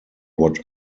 what